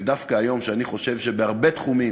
ודווקא היום, כשאני חושב שבהרבה תחומים,